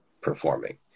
performing